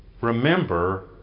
Remember